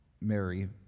Mary